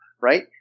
right